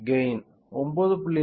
gain 9